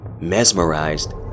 Mesmerized